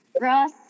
Ross